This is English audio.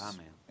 Amen